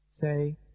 Say